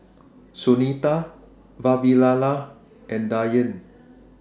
Sunita Vavilala and Dhyan